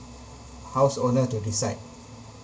house owner to decide